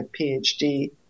PhD